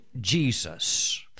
Jesus